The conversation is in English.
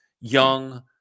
young